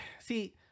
see